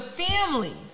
family